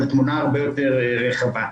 אבל בתמונה הרבה יותר רחבה.